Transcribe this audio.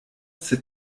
sed